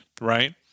right